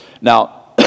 Now